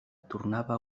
tornava